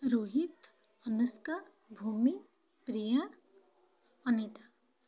Rohit Anushka Bhumi Priya Anita